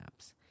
apps